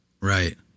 Right